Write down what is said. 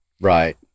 Right